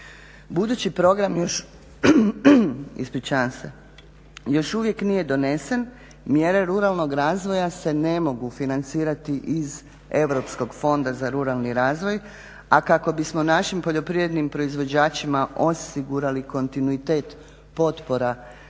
Budući program još uvijek nije donesen, mjere ruralnog razvoja se ne mogu financirati iz Europskog fonda za ruralni razvoj, a kako bismo našim poljoprivrednim proizvođačima osigurali kontinuitet potpora za